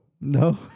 No